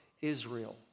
Israel